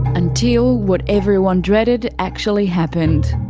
until what everyone dreaded actually happened.